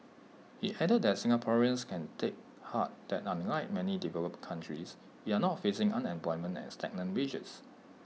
he added that Singaporeans can take heart that unlike many developed countries we are not facing unemployment and stagnant wages